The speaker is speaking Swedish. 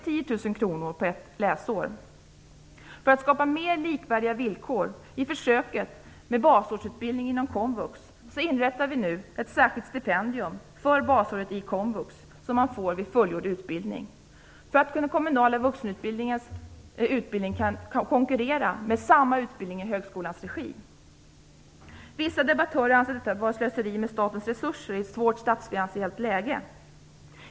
10 000 kr på ett läsår. För att skapa mer likvärdiga villkor i försöket med basårsutbildning inom komvux inrättar vi nu ett särskilt stipendium för basåret i komvux, som man får vid fullgjord utbildning, för att den kommunala vuxenutbildningen skall kunna konkurrera med samma utbildning i högskolans regi. Vissa debattörer anser detta vara ett slöseri med statens resurser i ett svårt statsfinansiellt läge.